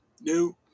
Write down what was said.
new